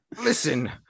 Listen